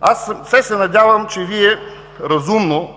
аз все се надявам, че Вие разумно